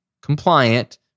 compliant